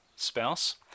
spouse